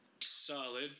Solid